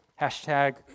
Hashtag